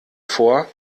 vor